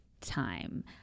time